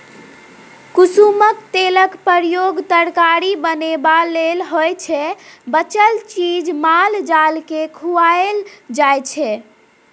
कुसुमक तेलक प्रयोग तरकारी बनेबा लेल होइ छै बचल चीज माल जालकेँ खुआएल जाइ छै